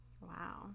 Wow